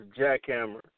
Jackhammer